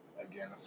again